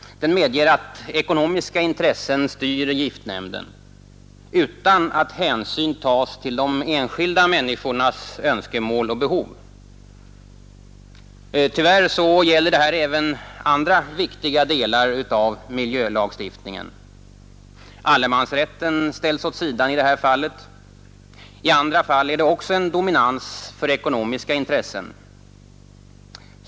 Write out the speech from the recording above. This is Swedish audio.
Den medger att ekonomiska intressen styr giftnämnden utan att hänsyn tas till de enskilda människornas önskemål och behov. Tyvärr gäller detta även andra viktiga delar av miljölagstiftningen. Allemansrätten ställs åt sidan i det här fallet. I andra fall är det också en dominans för ekonomiska intressen.